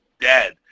dead